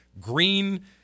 green